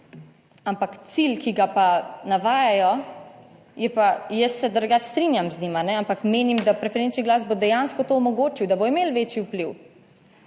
Ampak cilj, ki ga pa navajajo je pa, jaz se drugače strinjam z njim, ampak menim, da preferenčni glas bo dejansko to omogočil, da bodo imeli večji vpliv